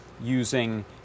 using